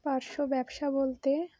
পার্শ্ব ব্যবসা বলতে